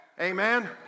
Amen